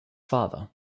father